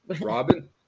Robin